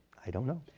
i don't know.